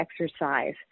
exercise